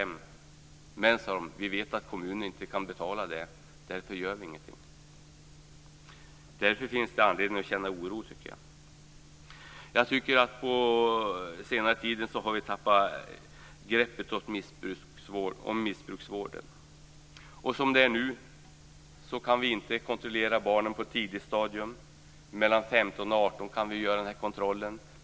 Men han sade att eftersom man vet att kommunen inte kan betala det gör man inte någonting. Därför finns det anledning att känna oro. På senare tid har vi tappat greppet om missbrukarvården. Som det är nu kan vi inte kontrollera barnen på ett tidigt stadium. Mellan 15 och 18 år kan vi göra kontrollen.